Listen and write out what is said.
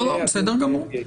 לא, בסדר גמור.